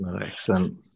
Excellent